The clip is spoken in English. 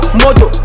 moto